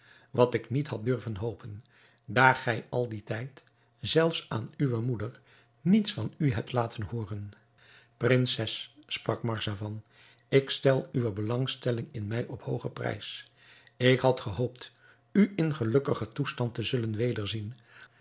wat ik niet had durven hopen daar gij al dien tijd zelfs aan uwe goede moeder niets van u hebt laten hooren prinses sprak marzavan ik stel uwe belangstelling in mij op hoogen prijs ik had gehoopt u in gelukkiger toestand te zullen wederzien